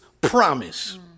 promise